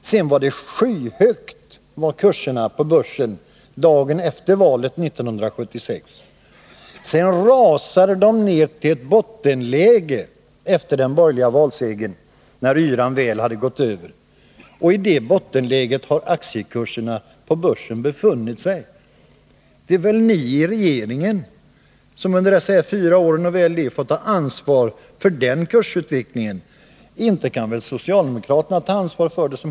Dagen efter valet 1976 var kurserna på börsen skyhöga, men sedan rasade de ner till bottenläge, när yran efter den borgerliga valsegern väl hade gått över. I det bottenläget har aktiekurserna på börsen befunnit sig. Det är ni i regeringen som under de här fyra åren och väl det får ta ansvar för kursutvecklingen. Inte kan väl socialdemokraterna ta ansvar för den.